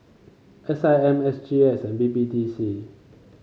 S I M S G X and B B D C